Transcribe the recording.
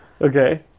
Okay